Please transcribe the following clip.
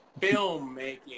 filmmaking